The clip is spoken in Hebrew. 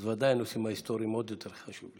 אז ודאי הנושאים ההיסטוריים עוד יותר חשובים.